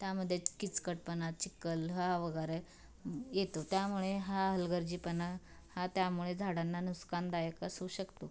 त्यामध्ये किचकटपणा चिखल हा वगैरे येतो त्यामुळे हा हलगर्जीपणा हा त्यामुळे झाडांना नुकसानदायक असू शकतो